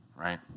right